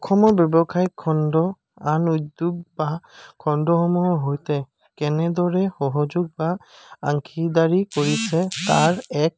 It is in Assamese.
অসমৰ ব্যৱসায়িক খণ্ড আন উদ্যোগ বা খণ্ডসমূহৰ সৈতে কেনেদৰে সহযোগ বা অংশীদাৰী কৰিছে তাৰ এক